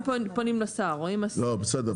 פונים לשר או אם השר --- בסדר,